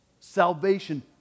Salvation